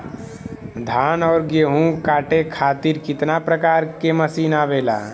धान और गेहूँ कांटे खातीर कितना प्रकार के मशीन आवेला?